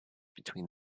between